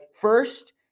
first